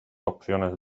opciones